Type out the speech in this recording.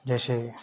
जैसे